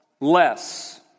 less